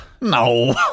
No